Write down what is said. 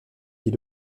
dit